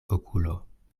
okulo